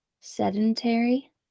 sedentary